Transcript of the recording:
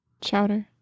Chowder